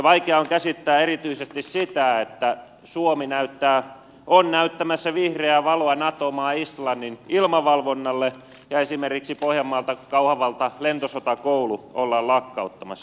vaikea on käsittää erityisesti sitä että suomi on näyttämässä vihreää valoa nato maa islannin ilmavalvonnalle ja esimerkiksi pohjanmaalta kauhavalta lentosotakoulu ollaan lakkauttamassa